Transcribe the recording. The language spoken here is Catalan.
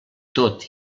tot